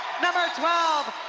number twelve,